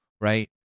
right